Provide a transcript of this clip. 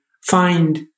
find